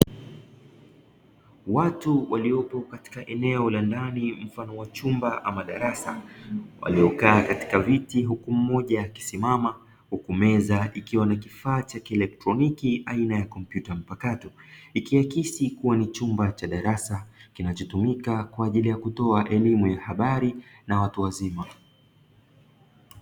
Watu waliopo katika eneo la ndani mfano wa chumba ama darasa, waliokaa katika viti huku mmoja akisimama, huku meza ikiwa na kifaa cha kieletroniki aina ya kompyuta mpakato, ikaikisi kuwa ni chumba cha darasa kinachotumika kwa ajili ya kutoa elimu ya habari na watu wazima.